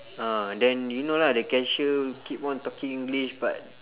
ah then you know lah the cashier keep on talking english but